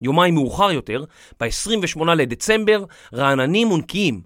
יומיים מאוחר יותר, ב-28 לדצמבר, רעננים ונקיים.